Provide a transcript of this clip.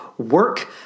work